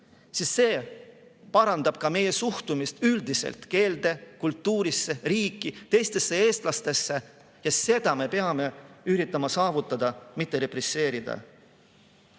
siis see parandab ka meie suhtumist üldiselt keelde, kultuuri, riiki, teistesse eestlastesse. Ja seda me peame üritama saavutada, mitte represseerima.